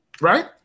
right